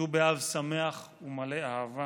ט"ו באב שמח ומלא אהבה